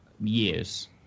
years